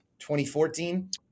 2014